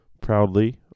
proudly